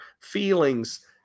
feelings